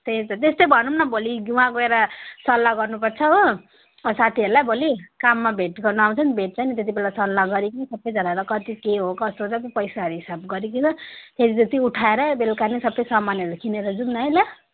त्यै त तेस्तै भनुम् न भोलि वाँ गोएर सल्लाह गर्नु पर्छ हो अँ साथीहरूलाई भोलि काममा भेट गर्न आउँछ नि भेट्छ नि त्यति बेला सल्लाह गर्यो कि सबैजनालाई कति के हो कसो हो कति पैसाहरू हिसाब गरिकन त्यहाँ जति उठाएर बेलका नै सबै सामानहरू किनेर जाउँ न है ल